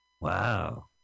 Wow